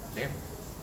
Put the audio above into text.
damn